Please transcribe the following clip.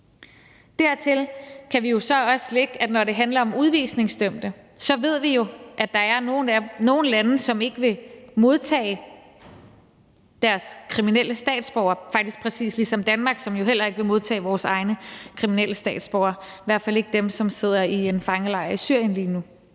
Dertil kan vi så også lægge, at når det handler om udvisningsdømte, ved vi, at der er nogle lande, som ikke vil modtage deres kriminelle statsborgere, faktisk præcis ligesom Danmark, som jo heller ikke vil modtage vores egne kriminelle statsborgere, i hvert fald ikke dem, som sidder i en fangelejr i Syrien lige nu.